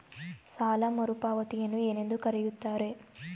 ಸಾಲ ಮರುಪಾವತಿಯನ್ನು ಏನೆಂದು ಕರೆಯುತ್ತಾರೆ?